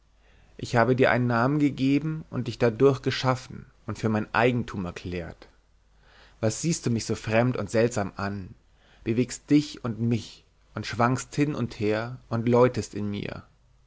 ich habe dir einen namen gegeben und dich dadurch geschaffen und für mein eigentum erklärt was siehst du mich so fremd und seltsam an bewegst dich und mich und schwankst hin und her und läutest in mir